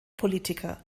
politiker